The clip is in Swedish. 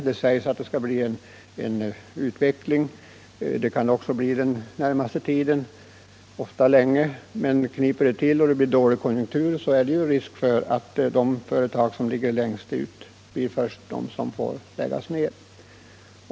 Det sägs att det skall bli en utveckling, och det kan det också bli den närmaste tiden, ofta länge. Men blir det dåliga konjunkturer, så finns det ju risk för att de företag som ligger längst ut blir de som först får läggas ned.